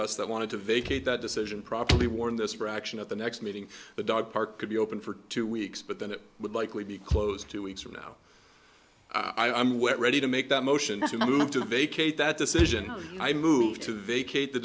that wanted to vacate that decision properly warn this reaction at the next meeting the dog park could be open for two weeks but then it would likely be closed two weeks from now i'm wet ready to make that motion to move to vacate that decision when i move to vacate the